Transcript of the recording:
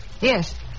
Yes